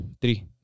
Three